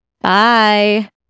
Bye